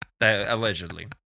allegedly